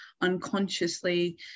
unconsciously